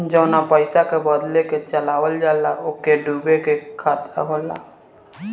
जवना पइसा के बदल के चलावल जाला ओके डूबे के खतरा होला